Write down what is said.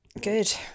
Good